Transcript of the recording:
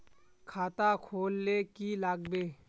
खाता खोल ले की लागबे?